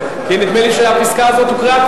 כי נדמה לי שהפסקה הזאת כבר הוקראה,